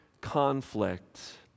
conflict